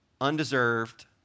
undeserved